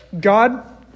God